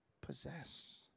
possess